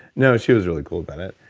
no, she was really cool about it.